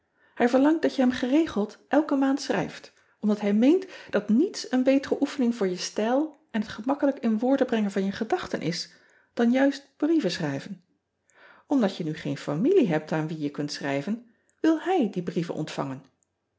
ij verlangt dat je hem geregeld elke maand schrijft omdat hij meent dat niets een betere oefening voor je stijl en het gemakkelijk in woorden brengen van je gedachten is dan juist brieven schrijven mdat jij nu geen familie hebt aan wie je kunt schrijven wil hij die brieven ontvangen